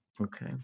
Okay